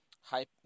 hype